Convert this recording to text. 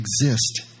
exist